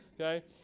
Okay